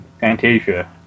Fantasia